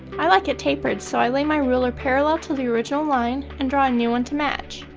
i like it tapered, so i lay my ruler parallel to the original line and draw a new one to match.